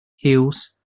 huws